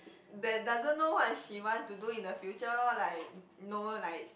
that doesn't know what she want to do in the future lor like know like